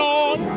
on